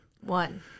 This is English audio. One